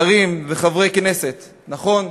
שרים וחברי הכנסת, נכון,